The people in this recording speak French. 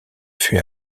fut